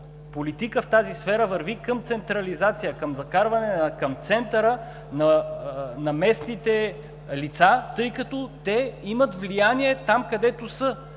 политика в тази сфера върви към централизация – закарване на местните лица към центъра, тъй като те имат влияние там, където са,